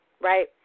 right